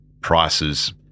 prices